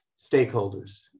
stakeholders